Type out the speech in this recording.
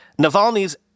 Navalny's